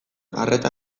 arreta